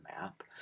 map